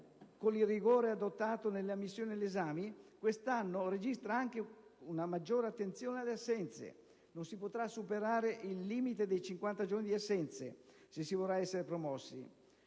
con il rigore adottato nell'ammissione agli esami quest'anno registra anche una maggiore attenzione alle assenze: non si potrà superare il limite di 50 giorni di assenze se si vorrà essere promossi.